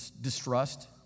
distrust